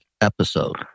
episode